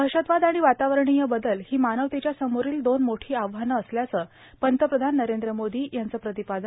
दहशतवाद आणि वातावरणीय बदल ही मानवतेच्या समोरील दोन मोठी आव्हानं असल्याचं पंतप्रधान नरेंद्र मोदी यांचं प्रतिपादन